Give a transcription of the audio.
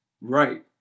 Right